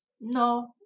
No